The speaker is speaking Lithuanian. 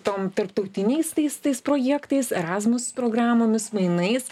tom tarptautiniais tais tais projektais erasmus programomis mainais